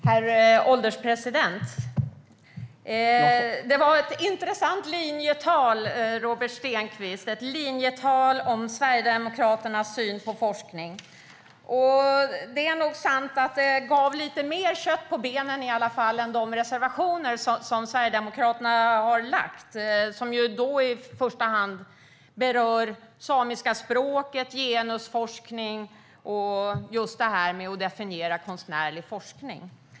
Herr ålderspresident! Det var ett intressant linjetal, Robert Stenkvist, om Sverigedemokraternas syn på forskning. Det är nog sant att det gav lite mer kött på benen än Sverigedemokraternas reservationer som i första hand berör samiska språket, genusforskning och just detta med att definiera konstnärlig forskning.